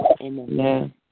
Amen